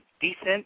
decent